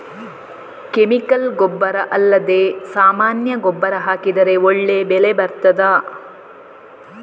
Chemical ಗೊಬ್ಬರ ಅಲ್ಲದೆ ಸಾಮಾನ್ಯ ಗೊಬ್ಬರ ಹಾಕಿದರೆ ಒಳ್ಳೆ ಬೆಳೆ ಬರ್ತದಾ?